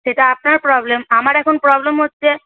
সেটা আপনার প্রবলেম আমার এখন প্রবলেম হচ্ছে